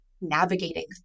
navigating